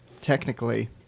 technically